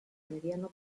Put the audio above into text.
mediano